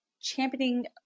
championing